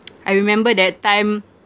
I remember that time